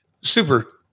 super